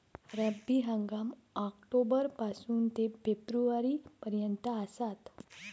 रब्बी हंगाम ऑक्टोबर पासून ते फेब्रुवारी पर्यंत आसात